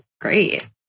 great